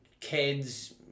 kids